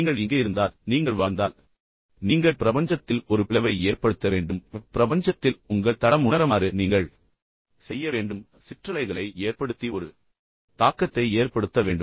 நீங்கள் இங்கே இருந்தால் நீங்கள் வாழ்ந்தால் நீங்கள் பிரபஞ்சத்தில் ஒரு பிளவை ஏற்படுத்த வேண்டும் பிரபஞ்சத்தில் உங்கள் தடம் உணரமாறு நீங்கள் செய்யவேண்டும் நீங்கள் சிற்றலைகளை ஏற்படுத்தி ஒரு தாக்கத்தை ஏற்படுத்த வேண்டும்